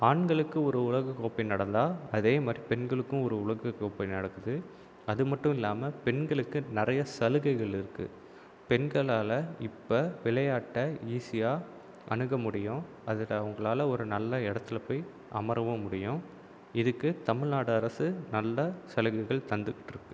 ஆண்களுக்கு ஒரு உலக கோப்பை நடந்தால் அதேமாதிரி பெண்களுக்கும் ஒரு உலக கோப்பை நடக்குது அது மட்டும் இல்லாமல் பெண்களுக்கு நிறைய சலுகைகள் இருக்குது பெண்களால் இப்போ விளையாட்டை ஈசியாக அணுக முடியும் அதில் அவங்களால் ஒரு நல்ல இடத்துல போய் அமரவும் முடியும் இதுக்கு தமிழ்நாடு அரசு நல்ல சலுகைகள் தந்துட்டு இருக்குது